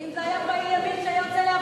אם זה היה פעיל ימין שהיה יוצא להפגנה,